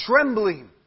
trembling